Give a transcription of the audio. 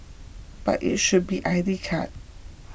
but it should be I D card